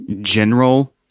general